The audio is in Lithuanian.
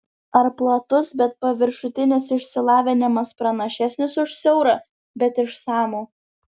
ar platus bet paviršutinis išsilavinimas pranašesnis už siaurą bet išsamų